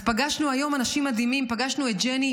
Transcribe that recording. אז פגשנו היום אנשים מדהימים: פגשנו את ג'ני,